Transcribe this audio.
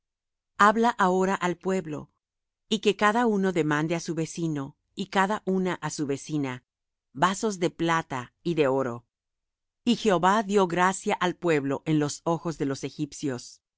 uno demande á su vecino y cada una á su vecina vasos de plata y de oro y jehová dió gracia al pueblo en los ojos de los egipcios